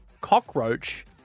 cockroach